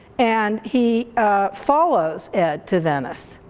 and he follows ed to venice.